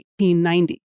1890